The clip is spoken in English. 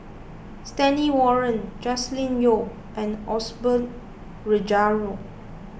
Stanley Warren Joscelin Yeo and Osbert Rozario